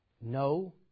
No